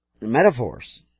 metaphors